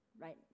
right